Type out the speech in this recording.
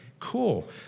Cool